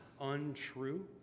untrue